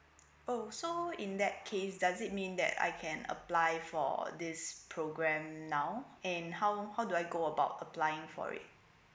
oh so in that case does it mean that I can apply for all this program now and how how do I go about applying for it